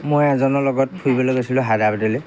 মই এজনৰ লগত ফুৰিবলৈ গৈছিলোঁ হায়দৰাবাদলৈ